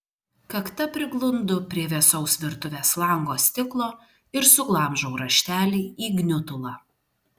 kakta priglundu prie vėsaus virtuvės lango stiklo ir suglamžau raštelį į gniutulą